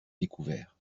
découvert